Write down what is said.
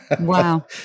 Wow